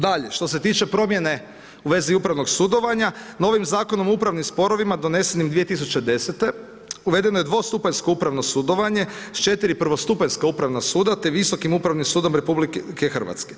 Dalje, što se tiče promjene u vezi upravnog sudovanja, novim Zakonom o upravnim sporovima donesenim 2010. uvedeno je dvostupanjsko upravno sudovanje s četiri prvostupanjska Upravna suda te Visokim upravnim sudom RH.